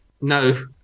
no